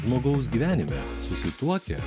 žmogaus gyvenime susituokę